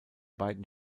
beiden